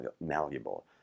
malleable